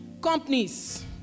companies